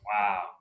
Wow